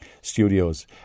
Studios